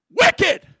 wicked